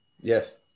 yes